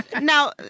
now